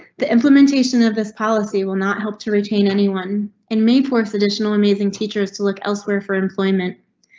the implementation of this policy will not help to retain anyone in may force additional amazing teachers to look elsewhere for employment.